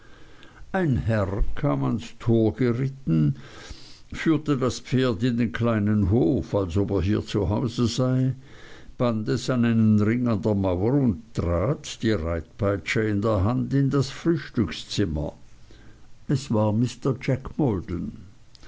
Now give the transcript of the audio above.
ein herr kam an das tor geritten führte das pferd in den kleinen hof als ob er hier zu hause sei band es an einen ring an der mauer an und trat die reitpeitsche in der hand in das frühstückszimmer es war mr jack